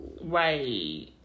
Right